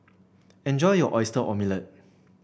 enjoy your Oyster Omelette